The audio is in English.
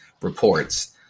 reports